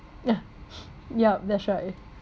ah yup that's right